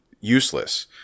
useless